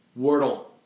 Wordle